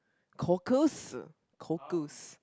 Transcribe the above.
cockles cockles